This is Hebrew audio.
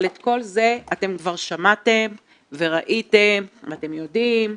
אבל את כל זה אתם כבר שמעתם וראיתם ואתם יודעים.